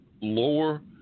lower